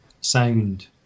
sound